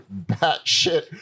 batshit